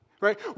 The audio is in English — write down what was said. Right